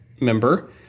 member